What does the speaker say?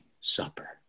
supper